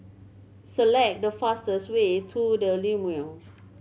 select the fastest way to The Lumiere